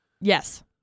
Yes